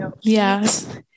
yes